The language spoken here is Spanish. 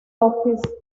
office